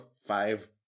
five